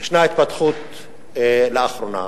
יש התפתחות לאחרונה,